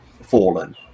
Fallen